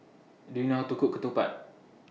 Do YOU know How to Cook Ketupat